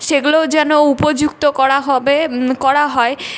সেগুলোও যেন উপযুক্ত করা হবে করা হয়